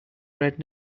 bread